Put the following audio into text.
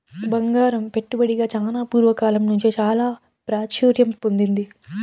బంగారం పెట్టుబడిగా చానా పూర్వ కాలం నుంచే చాలా ప్రాచుర్యం పొందింది